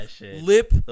lip